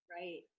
right